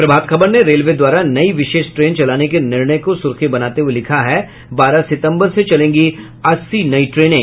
प्रभात खबर ने रेलवे द्वारा नई विशेष ट्रेन चलाने के निर्णय को सुर्खी बनाते हुये लिखा है बारह सितंबर से चलेंगी अस्सी नई ट्रेनें